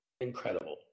Incredible